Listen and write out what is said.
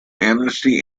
amnesty